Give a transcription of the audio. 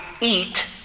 eat